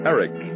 Eric